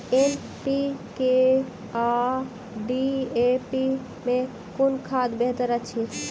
NPK आ DAP मे कुन खाद बेहतर अछि?